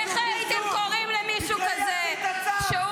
איך הייתם קוראים למישהו כזה ----- דמוקרטיה --- אוי אוי אוי.